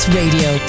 radio